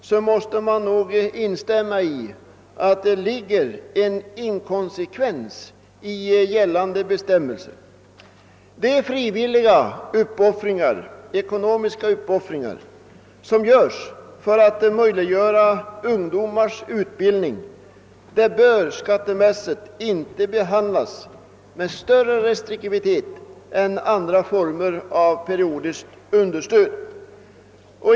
Man måste om man jämför dessa två fall instämma i att det finns en inkonsekvens i gällande bestämmelser. Frivilliga ekonomiska uppoffringar från föräldrarnas sida för att möjliggöra ungdomars utbildning bör skattemässigt inte behandlas med större restriktivitet än andra former av periodiskt understöd.